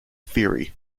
theory